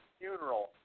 funeral